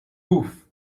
roof